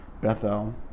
Bethel